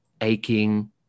aching